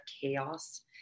chaos